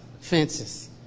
Fences